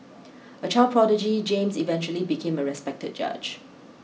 a child prodigy James eventually became a respected judge